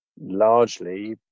largely